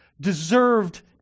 deserved